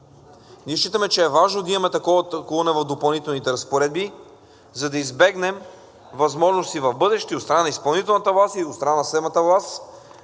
Ние считаме, че е важно да имаме такова тълкуване в Допълнителните разпоредби, за да избегнем възможности в бъдеще от страна на изпълнителната власт и от страна на съдебната власт